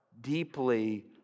deeply